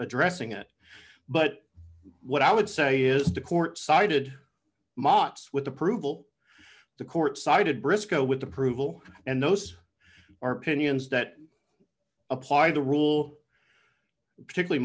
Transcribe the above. addressing it but what i would say is the court sided mots with approval the court sided briscoe with approval and those are pinions that apply the rule particularly